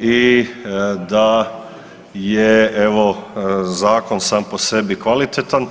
i da je evo zakon sam po sebi kvalitetan.